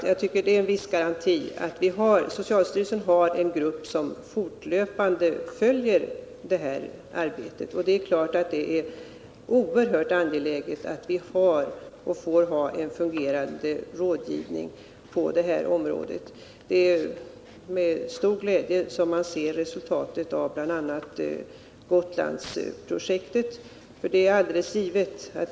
Jag tycker det är en viss garanti att socialstyrelsen har en grupp som fortlöpande följer detta arbete, och det är mycket angeläget att vi har — och får ha — en fungerande rådgivning på detta område. Det är med stor glädje man ser resultatet av bl.a. Gotlandsprojektet.